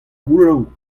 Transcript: gouloù